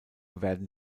werden